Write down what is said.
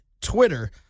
Twitter